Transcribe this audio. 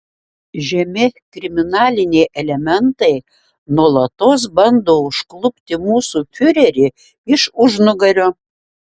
žemi kriminaliniai elementai nuolatos bando užklupti mūsų fiurerį iš užnugario